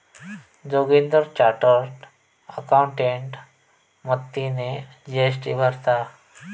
Joginder chartered accountant मदतीने GST भरता